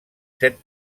set